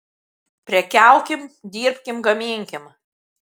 prekiaukim dirbkim gaminkim